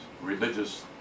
religious